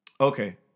Okay